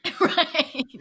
Right